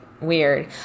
weird